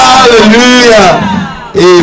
Hallelujah